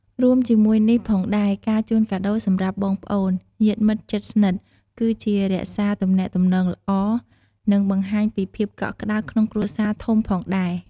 រួមជាមួយនេះផងដែរ ការជូនកាដូរសម្រាប់បងប្អូន (ញាតិមិត្តជិតស្និទ្ធ)គឺជារក្សាទំនាក់ទំនងល្អ និងបង្ហាញពីភាពកក់ក្ដៅក្នុងគ្រួសារធំផងដែរ។